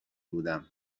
بودم